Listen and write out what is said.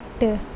to